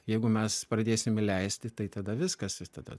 jeigu mes pradėsim įleisti tai tada viskas tada